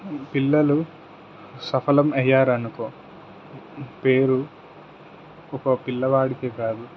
పిల్లలు సఫలం అయ్యారు అనుకో పేరు ఒక పిల్లవాడికి కాదు